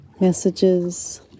Messages